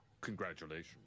congratulations